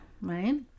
right